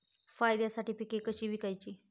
फायद्यासाठी पिके कशी विकायची?